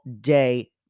day